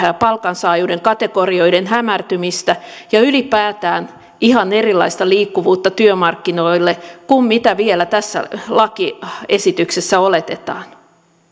palkansaajuuden kategorioiden hämärtymistä ja ylipäätään ihan erilaista liikkuvuutta työmarkkinoille kuin mitä vielä tässä lakiesityksessä oletetaan